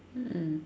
mm